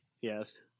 Yes